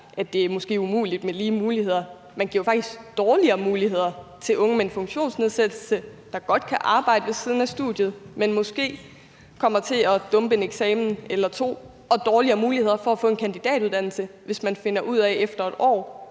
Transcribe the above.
at det måske er umuligt med lige muligheder, så giver regeringen jo faktisk dårligere muligheder til unge med en funktionsnedsættelse, der godt kan arbejde ved siden af studiet, men måske kommer til at dumpe en eksamen eller to, og dårligere muligheder for at få en kandidatuddannelse, hvis man finder ud af efter et år,